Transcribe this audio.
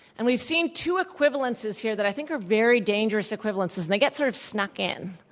and we've seen two equivalences here that i think are very dangerous equivalences, and they get sort of snuck in.